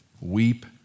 weep